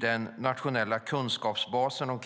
Den nationella kunskapsbasen om